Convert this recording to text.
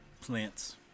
plants